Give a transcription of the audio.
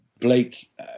Blake